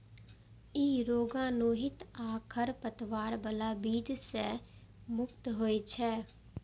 ई रोगाणुहीन आ खरपतवार बला बीज सं मुक्त होइ छै